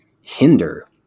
hinder